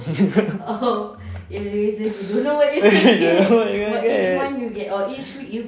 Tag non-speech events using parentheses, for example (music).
(laughs) you don't know what you're going to get (breath)